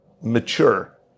mature